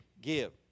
give